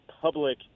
public